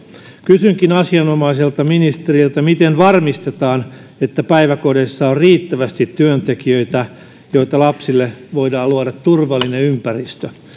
kysynkin asianomaiselta ministeriltä miten varmistetaan että päiväkodeissa on riittävästi työntekijöitä jotta lapsille voidaan luoda turvallinen ympäristö